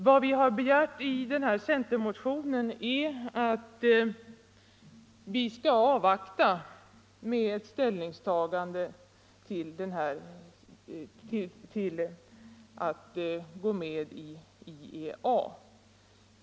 Vad vi begärt i centerpartimotionen är att vi skall vänta med ställningstagandet till att gå med i IEA.